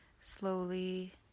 slowly